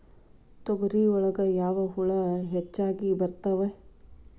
ತೊಗರಿ ಒಳಗ ಯಾವ ಹುಳ ಹೆಚ್ಚಾಗಿ ಬರ್ತವೆ?